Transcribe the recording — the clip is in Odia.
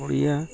କୋରିଆ